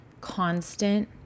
constant